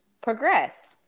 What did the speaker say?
progress